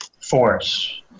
force